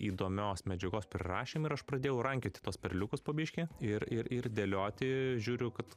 įdomios medžiagos prirašėm ir aš pradėjau rankioti tuos perliukus po biški ir ir ir dėlioti žiūriu kad